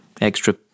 Extra